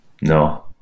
no